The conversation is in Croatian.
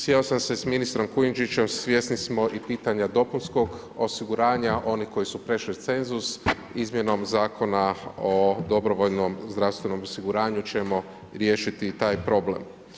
Sjeo sam se s ministrom Kujundžićem, svjesni smo i pitanja dopunskog osiguranja, oni koji su prešli cenzus izmjenom zakona o dobrovoljnom zdravstvenom osiguranju ćemo riješiti i taj problem.